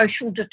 social